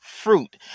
fruit